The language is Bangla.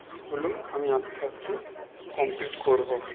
এগুলো আমি আস্তে আস্তে কমপ্লিট করব